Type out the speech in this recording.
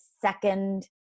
second